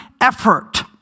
effort